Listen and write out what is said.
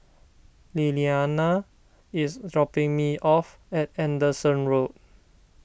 Lillianna is dropping me off at Anderson Road